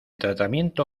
tratamiento